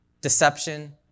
deception